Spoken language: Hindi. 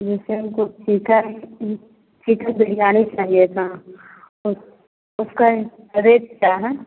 जैसे हमको चिकन चिकन बिरयानी चाहिए था उस उसका रेट क्या है